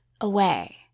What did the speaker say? away